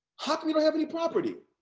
how can you not have any property?